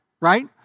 right